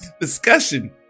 discussion